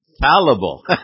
Fallible